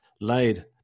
laid